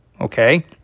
Okay